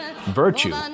Virtue